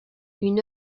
une